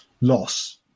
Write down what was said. loss